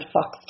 Fox